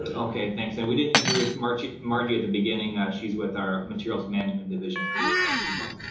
ah okay thanks, and we didn't introduce margie margie at the beginning, ah she's with our materials management division here at egle.